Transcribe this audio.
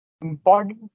important